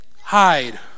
hide